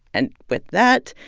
and with that,